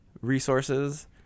resources